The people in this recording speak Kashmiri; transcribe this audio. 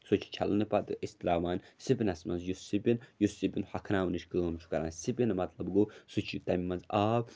سُہ چھِ چھَلنہٕ پَتہٕ أسۍ ترٛاوان سِپنَس منٛز یُس سِپِن یُس سِپِن ہۄکھناونٕچ کٲم چھُ کَران سِپِن مطلب گوٚو سُہ چھِ تَمہِ منٛز آب